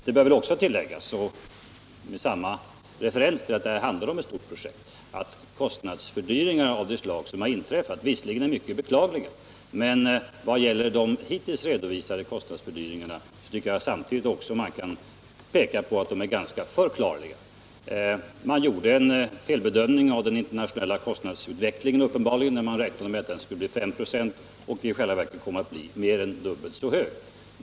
Det bör också tilläggas igen — med hänsyn till att det här handlar om ett stort projekt — att kostnadsfördyringar av det slag som har inträffat visserligen är mycket beklagliga, men vad gäller det som hittills redovisats ändå är ganska förklarliga. Man gjorde uppenbarligen en felbedömning av den internationella kostnadsutvecklingen när man räknade med att den skulle bli 5 96 och den i själva verket kom att bli mer än dubbelt så hög.